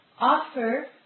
Offer